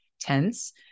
tense